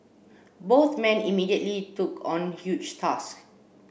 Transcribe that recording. both men immediately took on huge task